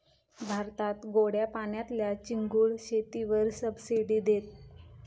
भारतात गोड्या पाण्यातल्या चिंगूळ शेतीवर सबसिडी देतत